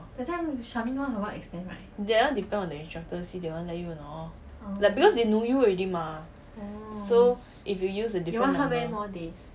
that [one] depend on the instructor see they want let you or not like because they know you already mah so if you use a different number